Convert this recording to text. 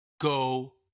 go